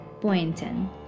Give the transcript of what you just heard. Boynton